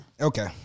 Okay